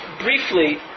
briefly